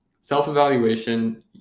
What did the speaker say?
self-evaluation